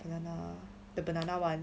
the banana the banana one